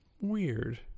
weird